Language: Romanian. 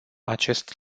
acest